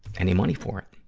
any money for it.